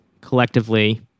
collectively